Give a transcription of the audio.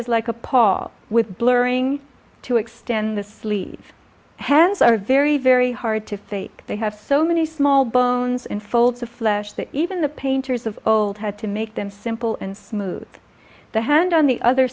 is like a pall with blurring to extend the sleeves hands are very very hard to fake they have so many small bones in folds of flesh that even the painters of old had to make them simple and smooth the hand on the other